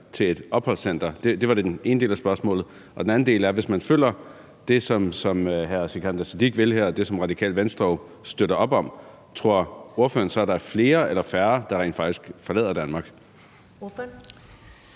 til et opholdscenter? Det er den ene del af spørgsmålet. Den anden del er: Hvis man følger det, som hr. Sikandar Siddique vil her, og det, som Radikale Venstre støtter op om, tror ordføreren så, at der er flere eller færre, der rent faktisk forlader Danmark? Kl.